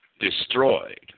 destroyed